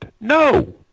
No